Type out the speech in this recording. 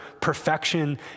perfection